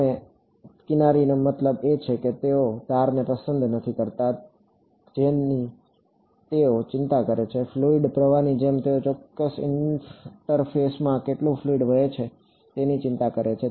તેમની કિનારીઓ મારો મતલબ છે કે તેઓ ધારને પસંદ નથી કરતા જેની તેઓ ચિંતા કરે છે ફ્લુઇડ પ્રવાહની જેમ તેઓ ચોક્કસ ઇન્ટરફેસમાં કેટલું ફ્લુઇડ વહે છે તેની ચિંતા કરે છે